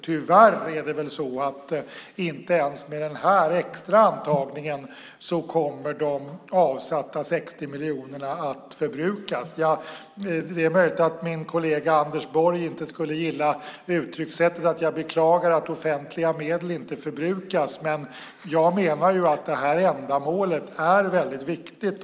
Tyvärr är det väl så att inte ens med den här extra antagningen kommer de avsatta 60 miljonerna att förbrukas. Det är möjligt att min kollega Anders Borg inte skulle gilla uttryckssättet att jag beklagar att offentliga medel inte förbrukas. Men jag menar att det här ändamålet är väldigt viktigt.